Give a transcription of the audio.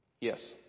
Yes